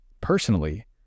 Personally